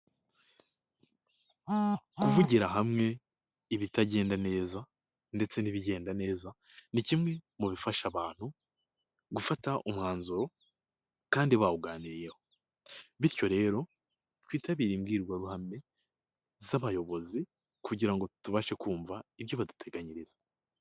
Kuvugira hamwe ibitagenda neza ndetse n'ibigenda neza ni kimwe mu bifasha abantu gufata umwanzuro kandi bawuganiriyeho, bityo rero twitabire imbwirwaruhame z'abayobozi kugira ngo tubashe kumva ibyo baduteganyiriza.